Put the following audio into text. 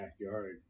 backyard